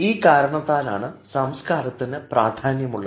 ഈ കാരണത്താലാണ് സംസ്കാരത്തിന് പ്രാധാന്യമുള്ളത്